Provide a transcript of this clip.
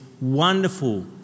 wonderful